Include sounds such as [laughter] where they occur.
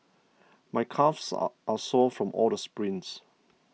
my calves [hesitation] are sore from all the sprints